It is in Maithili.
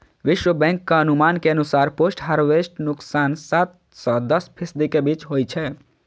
विश्व बैंकक अनुमान के अनुसार पोस्ट हार्वेस्ट नुकसान सात सं दस फीसदी के बीच होइ छै